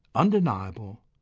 undeniable,